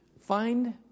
Find